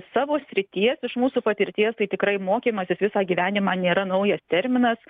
savo srities iš mūsų patirties tai tikrai mokymasis visą gyvenimą nėra naujas terminas